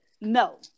no